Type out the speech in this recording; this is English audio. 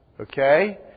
Okay